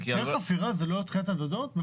היתר חפירה זה לא תחילת עבודות?